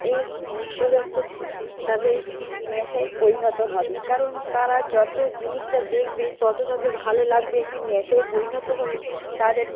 এই নিত্য জাত তাদের একটি নেশায় পরিণত হবে কারণ তারা যতো জিনিসটা দেখবে তত তাদের ভালো লাগবে একটি নেশায় পরিণত হলে তাদের